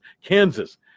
Kansas